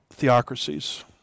theocracies